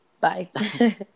Bye